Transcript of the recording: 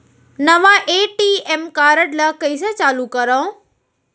नवा ATM card ल कइसे चालू करव?